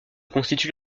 constitue